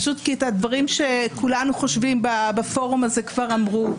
פשוט כי הדברים שכולנו חושבים בפורום הזה כבר אמרו,